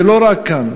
זה לא רק כאן,